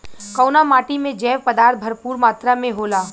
कउना माटी मे जैव पदार्थ भरपूर मात्रा में होला?